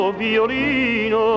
violino